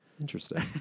Interesting